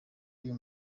uyu